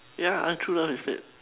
yeah find true love instead